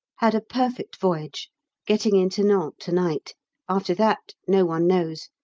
had a perfect voyage getting in to nantes to-night after that no one knows.